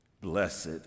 Blessed